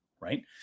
right